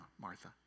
Martha